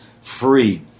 free